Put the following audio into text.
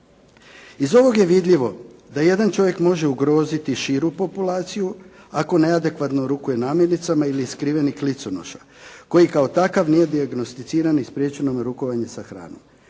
Iz ovoga je vidljivo da jedan čovjek može ugroziti širu populaciju ako neadekvatno rukuje namirnicama ili je skriveni kliconoša koji kao takav nije dijagnosticiran i spriječeno mu je rukovanje sa hranom.